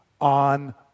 on